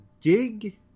dig